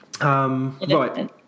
Right